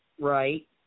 Right